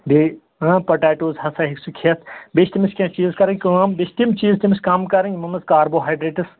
بیٚیہِ ہاں پَٹیٹوز ہَسا ہیٚکہِ سُہ کھٮ۪تھ بیٚیہِ چھِ تٔمِس کینٛہہ چیٖز کَرٕنۍ کٲم بیٚیہِ چھِ تِم چیٖز تٔمِس کَم کَرٕنۍ یِمو منٛز کاربوہایڈرٛیٹَس